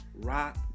rock